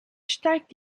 steigt